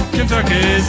Kentucky